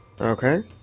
Okay